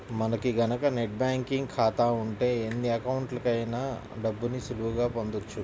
మనకి గనక net banking ఖాతా ఉంటే ఎన్ని అకౌంట్లకైనా డబ్బుని సులువుగా పంపొచ్చు